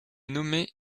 nommée